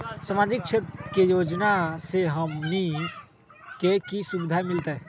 सामाजिक क्षेत्र के योजना से हमनी के की सुविधा मिलतै?